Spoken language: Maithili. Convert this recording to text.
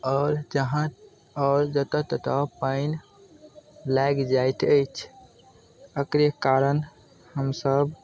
आओर जहाँ आओर जतऽ ततऽ पानि लागि जाइत अछि एकरे कारण हमसब